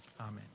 amen